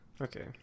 Okay